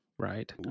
right